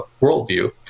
worldview